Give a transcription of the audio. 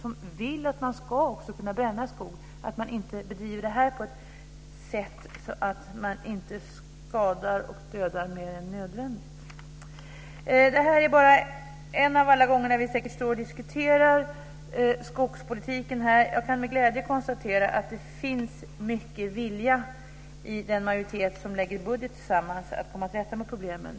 Vi vill också att man ska kunna bränna i skog, men att man gör det på ett sätt som inte skadar och dödar mer än nödvändigt. Det här är säkert bara en av alla gånger som vi diskuterar skogspolitiken här. Jag kan med glädje konstatera att det finns mycket vilja hos den majoritet som tillsammans lägger fast budgeten att komma till rätta med problemen.